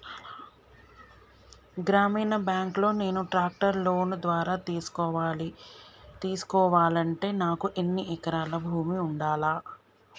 గ్రామీణ బ్యాంక్ లో నేను ట్రాక్టర్ను లోన్ ద్వారా తీసుకోవాలంటే నాకు ఎన్ని ఎకరాల భూమి ఉండాలే?